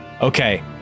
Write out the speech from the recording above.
Okay